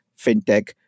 fintech